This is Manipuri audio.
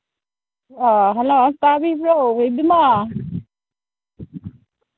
ꯑꯥ ꯍꯜꯂꯣ ꯇꯥꯕꯤꯕ꯭ꯔꯣ ꯍꯣ ꯏꯕꯦꯝꯃ